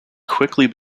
quickly